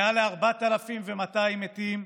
מעל 4,200 מתים,